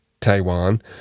Taiwan